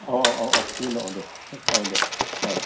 औ औ औ थिगैनै दं औ दे औ